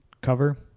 cover